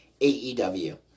AEW